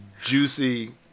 juicy